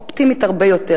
אופטימית הרבה יותר,